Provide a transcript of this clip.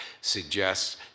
suggests